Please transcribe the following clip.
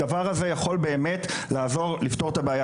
הדבר הזה יכול באמת לעזור לפתור את הבעיה.